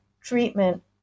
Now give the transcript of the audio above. treatment